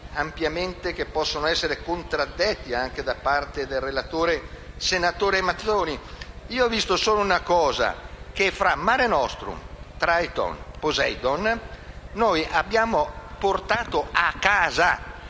numeri che possono essere ampiamente contraddetti anche da parte del relatore, senatore Mazzoni. Io ho visto solo una cosa: fra Mare nostrum, Triton e Poseidon abbiamo portato a casa,